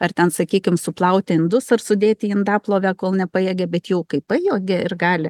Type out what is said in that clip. ar ten sakykim suplaut indus ir sudėt į indaplovę kol nepajėgia bet jau kaip pajogia ir gali